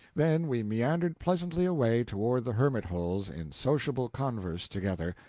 then we meandered pleasantly away toward the hermit holes in sociable converse together,